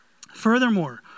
Furthermore